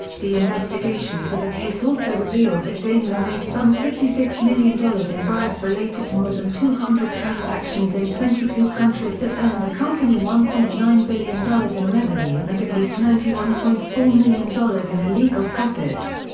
the investigation for the case also revealed that daimler made some fifty six million dollars in bribes related to more than two hundred transactions in twenty two countries that earned the company one point nine billion dollars in revenue and at least ninety one point four million dollars in illegal profits.